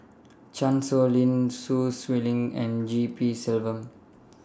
Chan Sow Lin Sun Xueling and G P Selvam